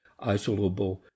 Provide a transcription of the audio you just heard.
isolable